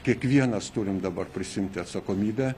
kiekvienas turim dabar prisiimti atsakomybę